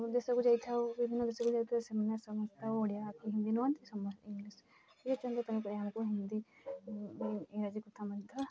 ଦେଶକୁ ଯାଇଥାଉ ବିଭିନ୍ନ ଦେଶକୁ ଯାଇଥାଉ ସମସ୍ତ ଓଡ଼ିଆ ହିନ୍ଦୀ ନୁହଁନ୍ତି ସମସ୍ତେ ଇଂଲିଶ ବି ଅଛନ୍ତି ତାଙ୍କ ଆମକୁ ହିନ୍ଦୀ ଇଂରାଜୀ କଥା ମଧ୍ୟ